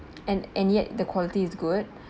and and yet the quality is good